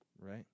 Right